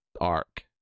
ARC